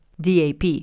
DAP